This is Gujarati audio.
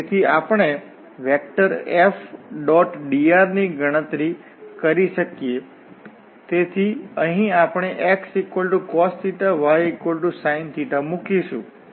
તેથી આપણે F⋅dr ની ગણતરી કરી શકીએ તેથી અહીં આપણે xcos ysin મૂકીશું